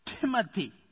Timothy